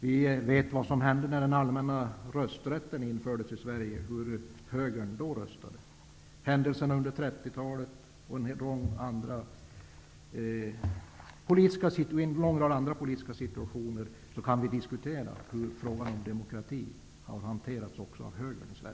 Vi vet hur högern röstade när den allmänna rösträtten infördes i Sverige och känner till händelserna under 30-talet och många andra politiska situationer. Vi kan diskutera hur frågan om demokrati har hanterats i högerns sfär.